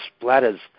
splatters